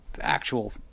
Actual